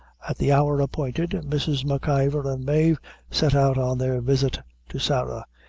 at the hour appointed, mrs. m'ivor and mave set out on their visit to sarah,